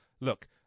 Look